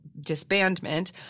disbandment